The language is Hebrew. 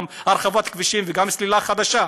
גם הרחבת כבישים וגם סלילה חדשה,